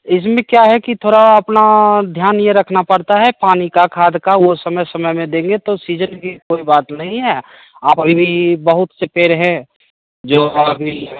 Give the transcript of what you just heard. इसमें क्या है कि थोड़ा अपना ध्यान ये रखना पड़ता है पानी का खाद का वो समय समय में देंगे तो सीजन की कोई बात नहीं है आप अभी भी बहुत से पेड़ है जो अभी